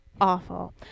awful